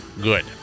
good